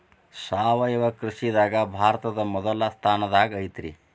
ಸಾವಯವ ಕೃಷಿದಾಗ ಭಾರತ ಮೊದಲ ಸ್ಥಾನದಾಗ ಐತ್ರಿ